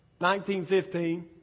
1915